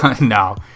No